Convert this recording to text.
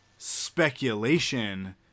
speculation